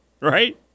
Right